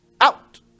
out